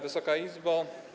Wysoka Izbo!